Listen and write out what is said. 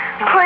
Please